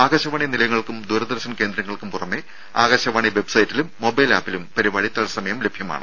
ആകാശവാണി നിലയങ്ങൾക്കും ദൂരദർശൻ കേന്ദ്രങ്ങൾക്കും പുറമെ ആകാശവാണി വെബ്സൈറ്റിലും മൊബൈൽ ആപ്പിലും പരിപാടി തത്സമയം ലഭ്യമാണ്